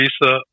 Lisa